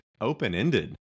open-ended